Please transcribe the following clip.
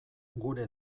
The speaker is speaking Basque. gure